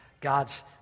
God's